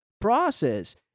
process